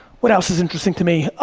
what else is interesting to me?